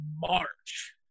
March